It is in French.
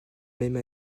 même